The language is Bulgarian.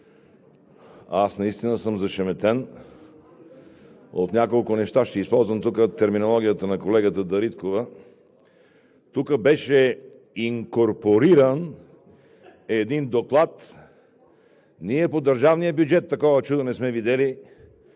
Аз наистина съм зашеметен от няколко неща. Ще използвам терминологията на колегата Дариткова – тук беше инкорпориран един доклад. Ние по държавния бюджет такова чудо не сме видели,